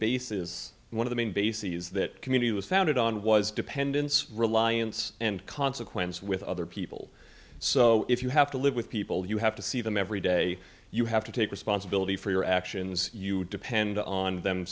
bases one of the main bases that community was founded on was dependence reliance and consequence with other people so if you have to live with people you have to see them every day you have to take responsibility for your actions you depend on them